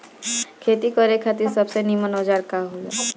खेती करे खातिर सबसे नीमन औजार का हो ला?